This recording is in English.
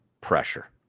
pressure